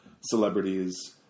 celebrities